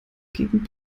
gegen